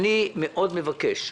אני מבקש מאוד,